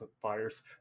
fires